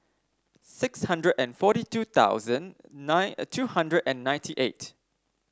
six hundred and forty two thousand nine two hundred and ninety eight